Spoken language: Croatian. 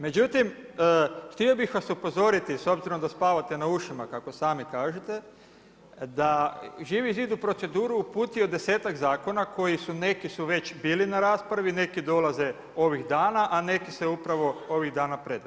Međutim, htio bih vas upozoriti s obzirom da spavate na ušima kako sami kažete, da Živi zid u proceduru uputio desetak zakona koji su neki su već bili na raspravi, neki dolaze ovih dana, a neki se ovih dana predaju.